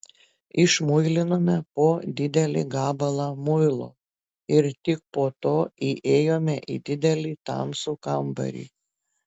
išmuilinome po didelį gabalą muilo ir tik po to įėjome į didelį tamsų kambarį